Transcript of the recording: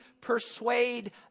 persuade